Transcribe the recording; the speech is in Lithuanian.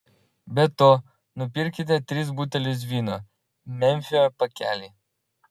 be to nupirkite tris butelius vyno memfio pakelį